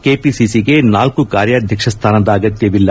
ಕೆಪಿಸಿಗೆ ನಾಲ್ಲು ಕಾರ್ಯಾಧ್ವಕ್ಷ ಸ್ಥಾನದ ಅಗತ್ಯವಿಲ್ಲ